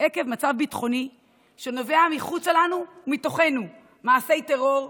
עקב מצב ביטחוני שנובע מחוץ לנו או מתוכנו: מעשי טרור,